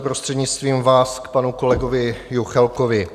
Prostřednictvím vás, k panu kolegovi Juchelkovi.